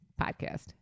podcast